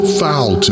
foul